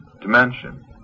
dimension